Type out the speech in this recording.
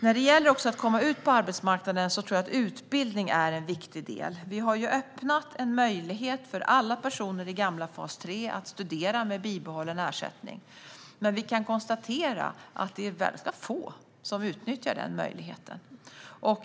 När det gäller att komma ut på arbetsmarknaden tror jag att utbildning är en viktig del. Vi har öppnat en möjlighet för alla personer i gamla fas 3 att studera med bibehållen ersättning. Men vi kan konstatera att det är ganska få som utnyttjar den möjligheten.